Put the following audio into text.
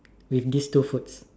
with this two foods